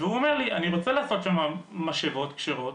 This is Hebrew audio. הוא אומר לי 'אני רוצה לעשות שם משאבות כשרות,